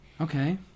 Okay